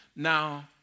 Now